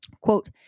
quote